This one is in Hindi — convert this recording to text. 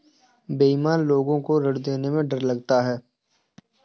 बेईमान लोग को ऋण देने में डर लगता है